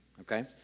okay